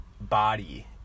body